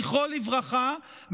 זיכרונו לברכה,